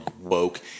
woke